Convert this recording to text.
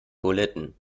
buletten